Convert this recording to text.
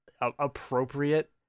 appropriate